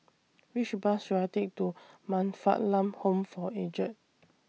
Which Bus should I Take to Man Fatt Lam Home For Aged